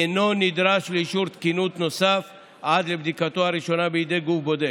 אינו נדרש לאישור תקינות נוסף עד לבדיקתו הראשונה בידי גוף בודק.